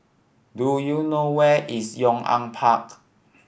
do you know where is Yong An Park